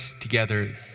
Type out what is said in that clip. together